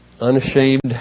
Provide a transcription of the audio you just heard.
Unashamed